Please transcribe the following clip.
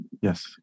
yes